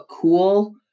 cool